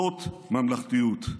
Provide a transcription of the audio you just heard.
זאת ממלכתיות.